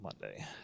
Monday